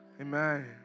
Amen